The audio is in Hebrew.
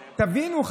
תבינו,